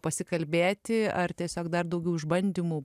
pasikalbėti ar tiesiog dar daugiau išbandymų